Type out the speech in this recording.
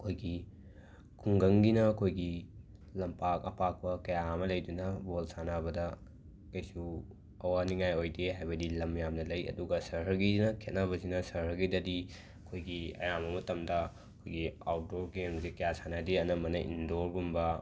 ꯑꯩꯈꯣꯏꯒꯤ ꯈꯨꯡꯒꯪꯒꯤꯅ ꯑꯩꯈꯣꯏꯒꯤ ꯂꯝꯄꯥꯛ ꯑꯄꯥꯛꯄ ꯀꯌꯥ ꯑꯃ ꯂꯩꯗꯨꯅ ꯕꯣꯜ ꯁꯥꯟꯅꯕꯗ ꯀꯩꯁꯨ ꯋꯥꯅꯤꯡꯉꯥꯏ ꯑꯣꯏꯗꯦ ꯍꯥꯏꯕꯗꯤ ꯂꯝ ꯌꯥꯝꯅ ꯂꯩ ꯑꯗꯨꯒ ꯁꯍꯔꯒꯤꯅ ꯈꯦꯠꯅꯕꯁꯤꯅ ꯁꯍꯔꯒꯤꯗꯗꯤ ꯑꯩꯈꯣꯏꯒꯤ ꯑꯌꯥꯝꯕ ꯃꯇꯝꯗ ꯑꯩꯈꯣꯏꯒꯤ ꯑꯥꯎꯗꯣꯔ ꯒꯦꯝꯁꯦ ꯀꯌꯥ ꯁꯥꯟꯅꯗꯦ ꯑꯅꯝꯕꯅ ꯏꯟꯗꯣꯔꯒꯨꯝꯕ